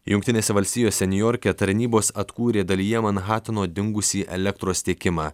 jungtinėse valstijose niujorke tarnybos atkūrė dalyje manhatano dingusį elektros tiekimą